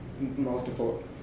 multiple